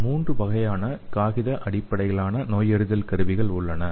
3 வகையான காகித அடிப்படையிலான நோயறிதல்கள் கருவிகள் உள்ளன